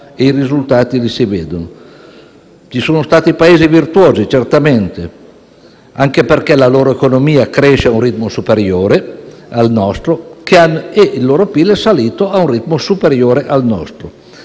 i risultati si vedono. Ci sono stati Paesi certamente virtuosi, anche perché la loro economia cresce ad un ritmo superiore al nostro e il loro PIL è salito ad un ritmo superiore al nostro.